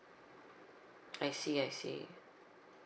I see I see